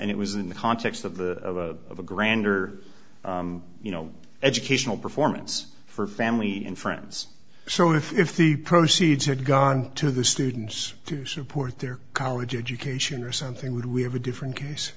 and it was in the context of the of a grander you know educational performance for family and friends so if the proceeds had gone to the students to support their college education or something would we have a different case